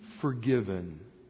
forgiven